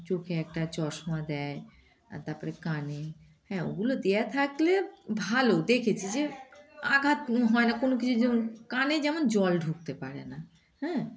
চোখে একটা চশমা দেয় আর তার পরে কানে হ্যাঁ ওগুলো দেওয়া থাকলে ভালো দেখেছি যে আঘাত হয় না কোনো কিছু যেমন কানে যেমন জল ঢুকতে পারে না হ্যাঁ